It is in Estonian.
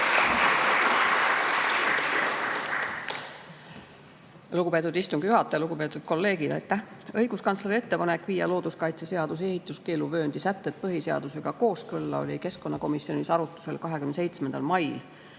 Lugupeetud istungi juhataja! Lugupeetud kolleegid! Aitäh! Õiguskantsleri ettepanek viia looduskaitseseaduse ehituskeeluvööndi sätted põhiseadusega kooskõlla oli keskkonnakomisjonis arutlusel 27. mail.